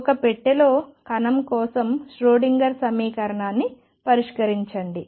ఒక పెట్టెలో కణం కోసం ష్రోడింగర్ సమీకరణాన్ని పరిష్కరించండి